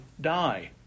die